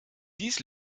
dies